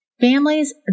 Families